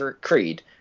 Creed